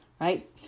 right